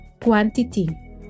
Quantity